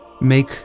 make